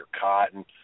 Cotton